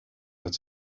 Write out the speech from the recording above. it’s